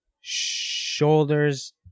shoulders